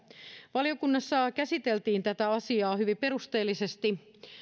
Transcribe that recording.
valiokunnassa käsiteltiin tätä asiaa hyvin perusteellisesti